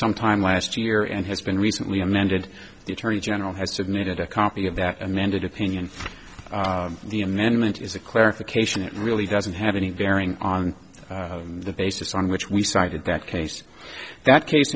sometime last year and has been recently amended the attorney general has submitted a copy of that amended opinion for the amendment is a clarification it really doesn't have any bearing on the basis on which we cited that case that case